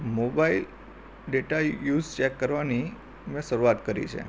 mobile data use check કરવાની મેં શરૂઆત કરી છે